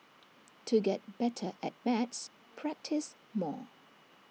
to get better at maths practise more